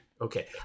okay